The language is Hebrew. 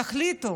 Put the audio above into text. תחליטו